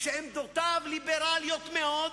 שעמדותיו ליברליות מאוד,